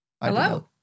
Hello